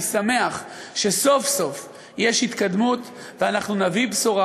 אני שמח שסוף-סוף יש התקדמות, ואנחנו נביא בשורה.